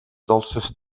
dolces